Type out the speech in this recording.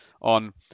on